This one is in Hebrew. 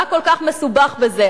מה כל כך מסובך בזה?